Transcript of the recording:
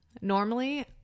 Normally